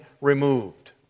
removed